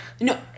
No